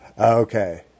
Okay